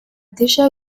déjà